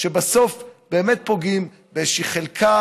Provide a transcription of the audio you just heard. כשבסוף באמת פוגעים באיזו חלקה